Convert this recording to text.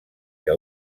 que